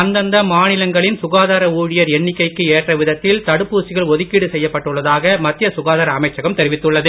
அந்தந்த மாநிலங்களின் சுகாதார ஊழியர் எண்ணிக்கைக்கு ஏற்ற விகிதத்தில் தடுப்பூசிகள் ஒதுக்கீடு செய்யப் பட்டுள்தாக மத்திய சுகாதார அமைச்சகம் தெரிவித்துள்ளது